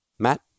Matt